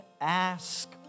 ask